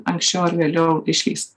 anksčiau ar vėliau išlįs